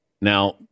Now